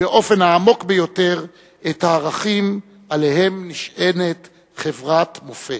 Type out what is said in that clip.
באופן העמוק ביותר את הערכים שעליהם נשענת חברת מופת.